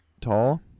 tall